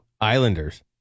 Islanders